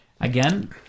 Again